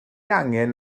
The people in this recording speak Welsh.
angen